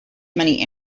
many